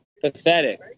Pathetic